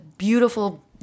Beautiful